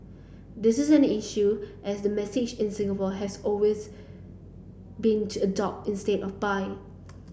this is an issue as the message in Singapore has always been to adopt instead of buy